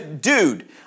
Dude